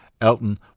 Elton